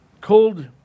called